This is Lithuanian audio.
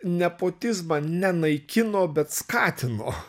nepotizmą ne naikino bet skatino